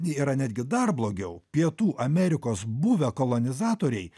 yra netgi dar blogiau pietų amerikos buvę kolonizatoriai